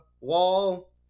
wall